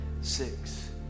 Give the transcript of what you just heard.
six